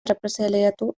errepresaliatu